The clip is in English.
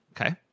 Okay